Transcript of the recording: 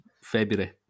February